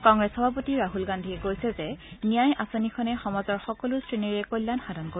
কংগ্ৰেছ সভাপতি ৰাহুল গান্ধীয়ে কৈছে যে ন্যায় আঁচনিখনে সমাজৰ সকলো শ্ৰেণীৰে কল্যাণ সাধন কৰিব